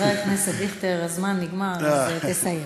חבר הכנסת דיכטר, הזמן נגמר, אז תסיים.